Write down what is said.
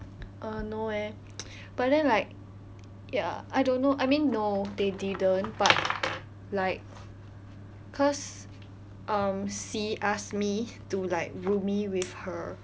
uh no eh but then like ya I don't know I mean no they didn't but like cause um C asked me to like roomie with her